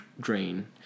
drain